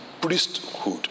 priesthood